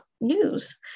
news